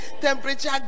temperature